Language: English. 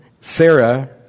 Sarah